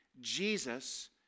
Jesus